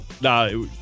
Nah